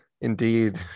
indeed